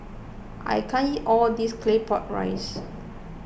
I can't eat all of this Claypot Rice